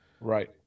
Right